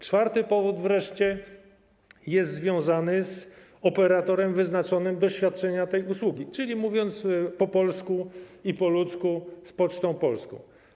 Czwarty powód jest związany z operatorem wyznaczonym do świadczenia tej usługi, czyli mówiąc po polsku i po ludzku, z Pocztą Polską.